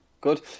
good